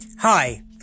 Hi